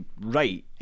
right